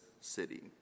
city